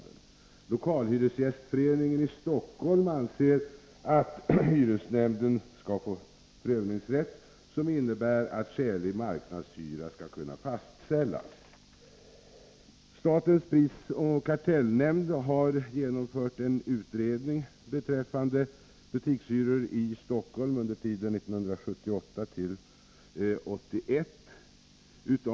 Den lokala hyresgästföreningen i Stockholm anser att hyresnämnden skall få prövningsrätt som innebär att skälig marknadshyra skall kunna fastställas. Statens prisoch kartellnämnd har genomfört en utredning beträffande butikshyror i Stockholm under tiden 1978-1981.